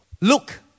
look